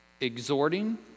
exhorting